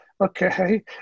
okay